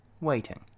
waiting